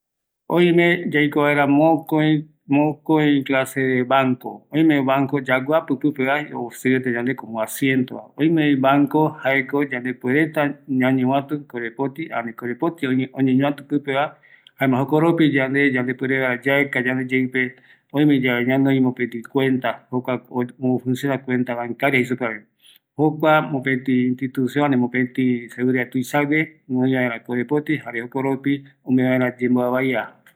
Banco jaeko korepoti ïñovatua renda, öime jeta reta, jare kuarupi opete oñovätu ikorepoti retava